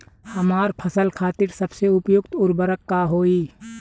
हमार फसल खातिर सबसे उपयुक्त उर्वरक का होई?